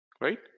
Right